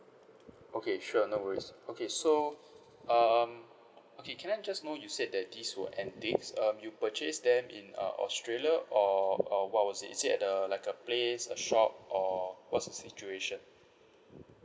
okay sure no worries okay so um okay can I just know you said that these were antiques um you purchased them in uh australia or or what was it is it at a like a place a shop or what's the situation